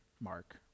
Mark